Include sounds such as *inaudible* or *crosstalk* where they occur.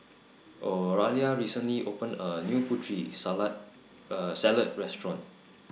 Oralia recently opened A New Putri *unintelligible* *hesitation* Salad Restaurant